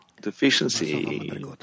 deficiency